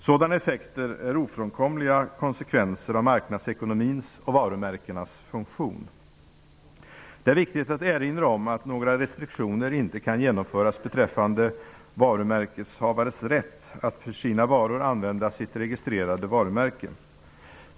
Sådana effekter är ofrånkomliga konsekvenser av marknadsekonomins och varumärkenas funktion. Det är viktigt att erinra om att några restriktioner inte kan genomföras beträffande varumärkeshavares rätt att för sina varor använda sitt registrerade varumärke.